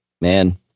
man